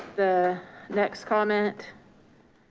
the next comment